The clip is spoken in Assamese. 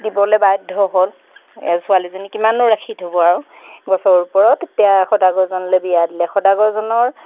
দিবলৈ বাধ্য হ'ল ছোৱালীজনী কিমাননো ৰাখি থ'ব আৰু গছৰ ওপৰত তেতিয়া সদাগজনলৈ বিয়া দিলে সদাগজনৰ